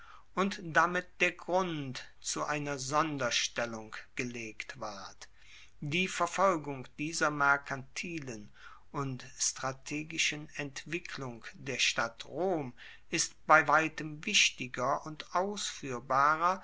und damit der grund zu seiner sonderstellung gelegt ward die verfolgung dieser merkantilen und strategischen entwicklung der stadt rom ist bei weitem wichtiger und